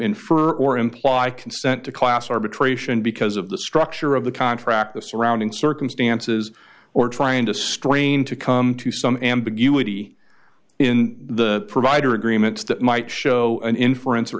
infer or implied consent to class arbitration because of the structure of the contract the surrounding circumstances or trying to strain to come to some ambiguity in the provider agreements that might show an inference or